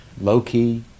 low-key